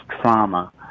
trauma